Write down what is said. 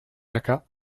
jacquat